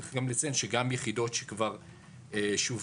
וצריך לציין שגם יחידות שכבר שווקו,